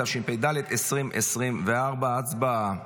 התשפ"ה 2024, הצבעה.